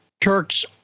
Turks